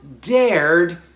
dared